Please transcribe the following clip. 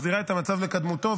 מחזירה את המצב לקדמותו,